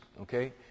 Okay